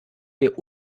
der